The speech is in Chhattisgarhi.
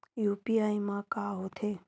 यू.पी.आई मा का होथे?